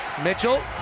Mitchell